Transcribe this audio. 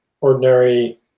ordinary